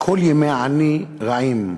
"כל ימי עני רעים"